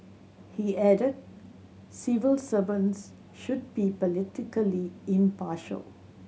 he added civil servants should be politically impartial